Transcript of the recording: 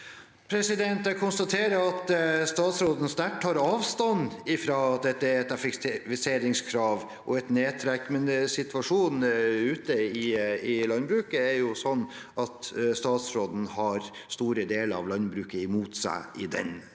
Jeg konstaterer at statsråden sterkt tar avstand fra at dette er et effektiviseringskrav og et nedtrekk, men situasjonen ute i landbruket er sånn at statsråden har store deler av landbruket imot seg i den